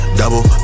double